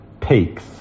peaks